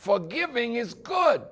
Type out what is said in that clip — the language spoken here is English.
forgiving is good